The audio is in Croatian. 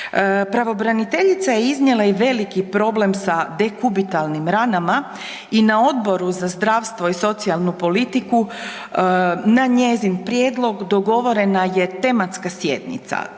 Pravobraniteljica je iznijela i veliki problem sa dekubitalnim ranama i na Odboru za zdravstvo i socijalnu politiku na njezin prijedlog dogovorena je tematska sjednica.